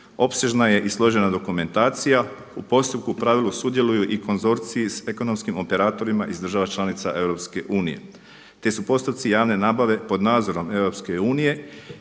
opsežna je i složena dokumentacija, u postupku u pravilu sudjeluju i konzorciji s ekonomskim operatorima iz država članica EU, te su postupci javne nabave pod nadzorom EU